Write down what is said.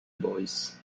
voice